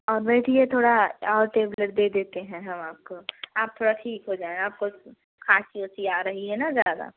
और बैठिए थोड़ा और टेबलेट दे देते हैं हम आपको आप थोड़ा ठीक हो जाएँ आपको खाँसी वासी आ रही है ना ज़्यादा